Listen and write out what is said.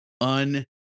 un